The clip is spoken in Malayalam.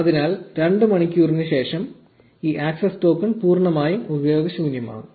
അതിനാൽ 2 മണിക്കൂറിന് ശേഷം ഈ ആക്സസ് ടോക്കൺ പൂർണ്ണമായും ഉപയോഗശൂന്യമാകും